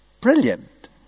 Brilliant